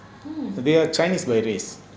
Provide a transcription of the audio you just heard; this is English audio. they are chinese by race